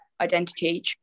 identity